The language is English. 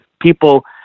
people